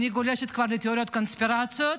אני גולשת כבר לתיאוריות קונספירציה.